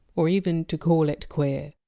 or even to call it! queer.